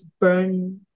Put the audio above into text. burn